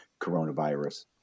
coronavirus